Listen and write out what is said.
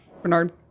Bernard